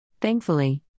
Thankfully